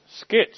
skits